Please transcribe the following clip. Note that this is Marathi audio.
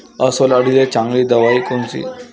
अस्वल अळीले चांगली दवाई कोनची?